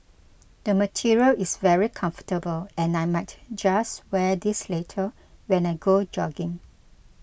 the material is very comfortable and I might just wear this later when I go jogging